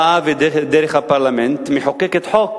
באה ודרך הפרלמנט מחוקקת חוק